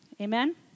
Amen